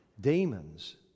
Demons